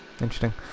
interesting